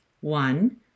One